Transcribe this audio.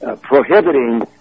prohibiting